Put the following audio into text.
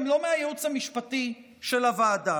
גם לא מהייעוץ המשפטי של הוועדה,